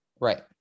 Right